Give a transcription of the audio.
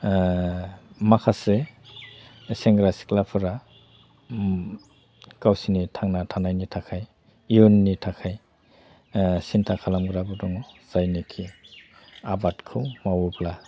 माखासे सेंग्रा सिख्लाफोरा गावसोरनि थांनानै थानायनि थाखाय इयुननि थाखाय सिनथा खालामग्राबो दङ जायनोखि आबादखौ मावोब्ला